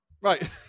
Right